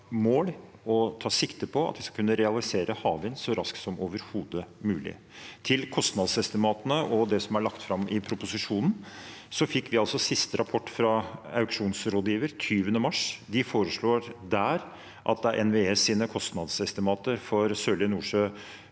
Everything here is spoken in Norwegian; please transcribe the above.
mål om og tar sikte på å kunne realisere havvind så raskt som overhodet mulig. Til kostnadsestimatene og det som er lagt fram i proposisjonen: Vi fikk siste rapport fra auksjonsrådgiver 20. mars. De foreslår der at det er NVEs kostnadsestimater for Sørlige Nordsjø